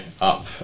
up